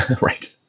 Right